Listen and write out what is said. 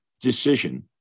decision-